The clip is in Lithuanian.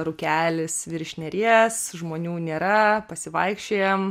rūkelis virš neries žmonių nėra pasivaikščiojom